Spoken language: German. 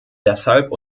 deshalb